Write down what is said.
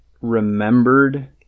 remembered